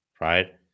right